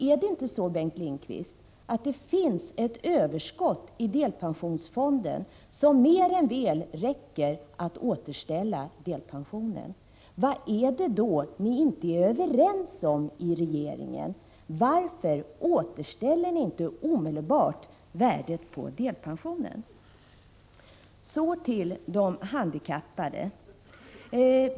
Är det inte så, Bengt Lindqvist, att det i delpensionsfonden finns ett överskott som mer än väl räcker till att återställa värdet av delpensionen? Vad är det då ni inte är överens om i regeringen? Varför återställer ni inte omedelbart värdet av delpensionen? Så till de handikappade.